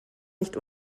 nicht